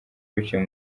biciye